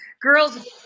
Girls